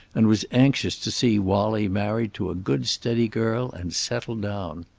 and was anxious to see wallie married to a good steady girl and settled down.